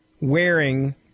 wearing